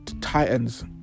titans